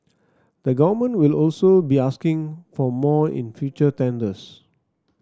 the Government will also be asking for more in future tenders